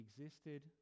existed